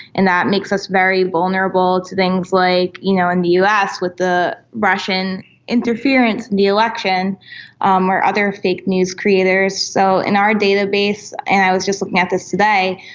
and that makes us very vulnerable to things like, you know, in the us with the russian interference in the election um or other fake news creators. so in our database, and i was just looking at this today,